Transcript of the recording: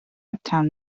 uptown